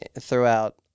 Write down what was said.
throughout